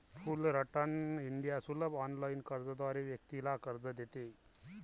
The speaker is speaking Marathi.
फुलरटन इंडिया सुलभ ऑनलाइन अर्जाद्वारे व्यक्तीला कर्ज देते